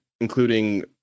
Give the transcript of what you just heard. including